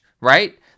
right